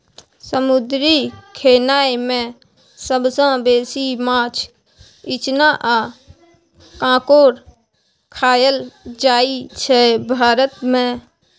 समुद्री खेनाए मे सबसँ बेसी माछ, इचना आ काँकोर खाएल जाइ छै भारत मे